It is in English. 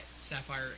Sapphire